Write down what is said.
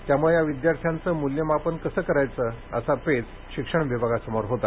त्यामुळे या विद्यार्थ्यांचे मूल्यमापन कसं करायचं असा पेच शिक्षण विभागासमोर होता